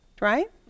Right